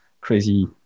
crazy